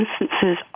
instances